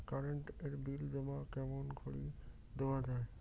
Current এর bill জমা কেমন করি দেওয়া যায়?